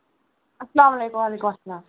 اَلسلام علیکُم وعلیکُم اَلسلام